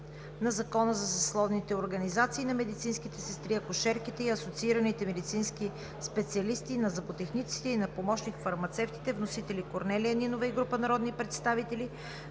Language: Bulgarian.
на Закона за съсловните организации на медицинските сестри, акушерките и асоциираните медицински специалисти, на зъботехниците и на помощник-фармацевтите, № 954-01-67, внесен от Корнелия Нинова и група народни представители